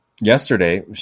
Yesterday